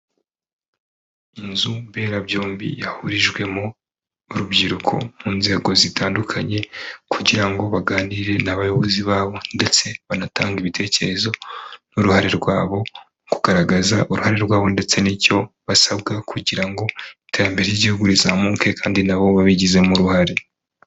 Inzu mberabyombi yahurijwemo urubyiruko mu nzego zitandukanye kugira ngo baganire n'abayobozi babo ndetse banatanga ibitekerezo n'uruhare rwabo mu kugaragaza uruhare rwabo ndetse n'icyo basabwa, kugira ngo iterambere ry'igihugu rizamuke kandi nabo babigizemo uruhare.